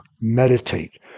meditate